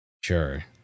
Sure